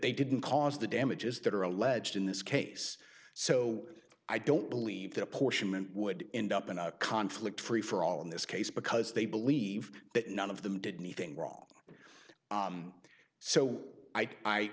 they didn't cause the damages that are alleged in this case so i don't believe that apportionment would end up in a conflict free for all in this case because they believe that none of them did nothing wrong so i i